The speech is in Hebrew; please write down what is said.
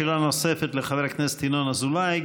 שאלה נוספת לחבר הכנסת ינון אזולאי.